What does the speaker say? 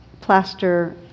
plaster